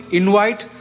invite